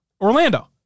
Orlando